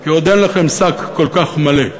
כי עוד אין לכם שק כל כך מלא.